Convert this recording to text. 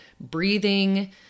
breathing